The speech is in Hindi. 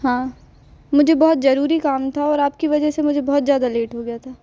हाँ मुझे बहुत जरूरी काम था और आपकी वजह से मुझे बहुत ज़्यादा लेट हो गया था